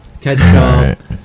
ketchup